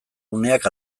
uneak